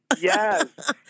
Yes